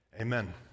Amen